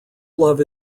love